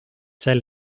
sel